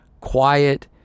quiet